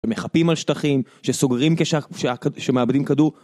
ומכפים על שטחים, שסוגרים כשמאבדים כדור.